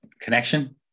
connection